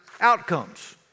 outcomes